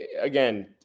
again